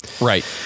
right